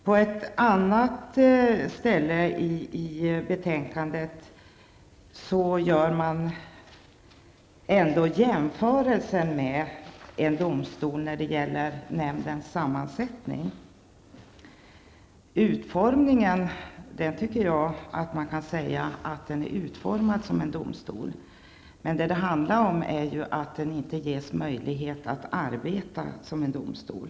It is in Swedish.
På ett annat ställe i betänkandet gör man ändå jämförelsen med en domstol när det gäller nämndens sammansättning. Jag tycker att man kan säga att den är utformad som en domstol, men den ges inte möjlighet att arbeta som en domstol.